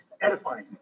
Edifying